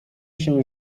się